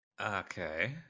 Okay